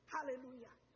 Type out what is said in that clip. Hallelujah